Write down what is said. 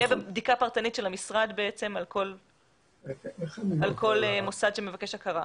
תהיה בדיקה פרטנית של המשרד על כל משרד שמבקש הכרה.